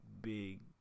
big